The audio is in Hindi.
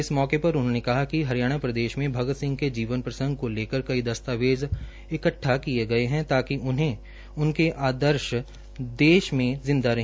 इस मौके पर उन्होंने कहा कि हरियाणा प्रदेश में भगत सिंह के जीवन प्रसंग को लेकर कई दस्तावेज इकट्डा किये गये है ताकि उनके आदर्श देश मे जिंदा रहे